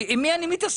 עם מי מתעסק?